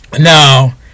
Now